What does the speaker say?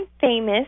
famous